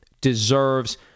deserves